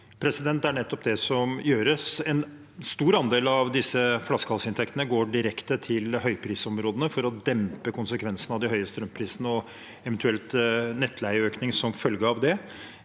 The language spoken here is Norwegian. Det er nettopp det som gjøres. En stor andel av disse flaskehalsinntektene går direkte til høyprisområdene for å dempe konsekvensene av de høye strømprisene, f.eks. eventuelle nettleieøkninger som måtte komme